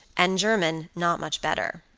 and german not much better.